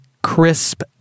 crisp